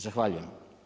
Zahvaljujem.